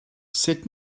sut